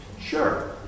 Sure